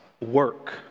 work